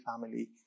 family